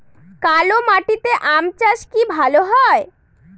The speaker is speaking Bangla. কালো মাটিতে আম চাষ কি ভালো হয়?